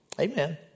Amen